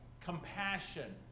compassion